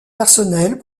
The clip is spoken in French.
personnels